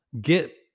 get